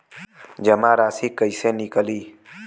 जमा राशि कइसे निकली?